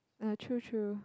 uh true true